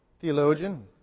theologian